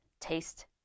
taste